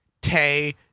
Tay